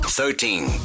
Thirteen